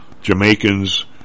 Jamaicans